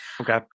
Okay